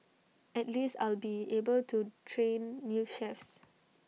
at least I'll be able to train new chefs